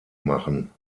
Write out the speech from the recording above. machen